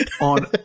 on